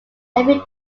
heavy